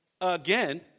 again